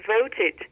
voted